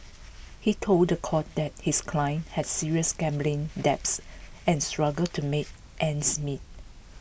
he told the court that his client had serious gambling debts and struggled to make ends meet